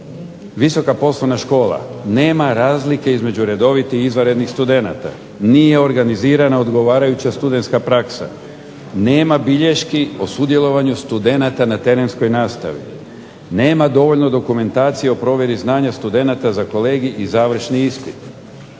"Visoka poslovna škola nema razlike između redovitih i izvanrednih studenata, nije organizirana odgovarajuća studentska praksa, nema bilješki o sudjelovanju studenata na terenskoj nastavi, nema dovoljno dokumentacije o provjeri znanja studenata za kolegij i završni ispit.